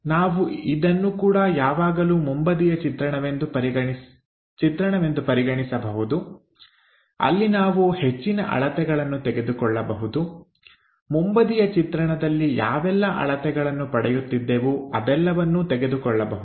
ನಾವು ಇದನ್ನು ಕೂಡ ಯಾವಾಗಲೂ ಮುಂಬದಿಯ ಚಿತ್ರಣವೆಂದು ಪರಿಗಣಿಸಬಹುದು ಅಲ್ಲಿ ನಾವು ಹೆಚ್ಚಿನ ಅಳತೆಗಳನ್ನು ತೆಗೆದುಕೊಳ್ಳಬಹುದು ಮುಂಬದಿಯ ಚಿತ್ರಣದಲ್ಲಿ ಯಾವೆಲ್ಲಾ ಅಳತೆಗಳನ್ನು ಪಡೆಯುತ್ತಿದ್ದೆವು ಅದೆಲ್ಲವನ್ನು ತೆಗೆದುಕೊಳ್ಳಬಹುದು